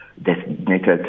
designated